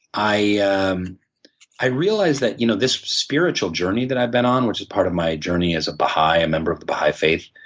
i um i realized that you know this spiritual journey that i've been on, which is part of my journey as a baha'i member of the baha'i faith,